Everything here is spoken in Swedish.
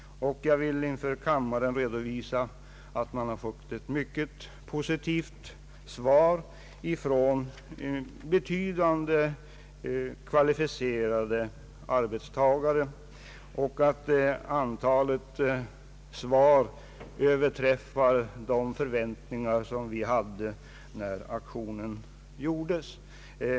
Jag vill i kammaren redovisa att man fått ett mycket positivt svar från ett betydande antal kvalificerade arbetstagare. Antalet positiva svar överträffar de förväntningar som ställdes när aktionen gjordes.